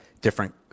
different